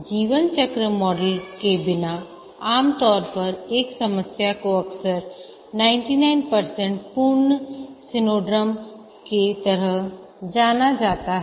जीवन चक्र मॉडल के बिना आमतौर पर एक समस्या को अक्सर 99 पूर्ण सिंड्रोम के तरह जाना जाता है